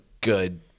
good